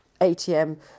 ATM